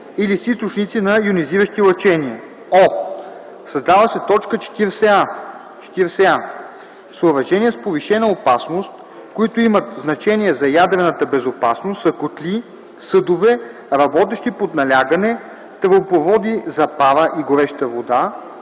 или с източници на йонизиращи лъчения.”; о) създава се т. 40а: „40a. „Съоръжения с повишена опасност, които имат значение за ядрената безопасност” са котли, съдове, работещи под налягане, тръбопроводи за пара и гореща вода